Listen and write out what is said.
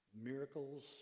Miracles